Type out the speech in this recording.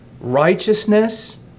righteousness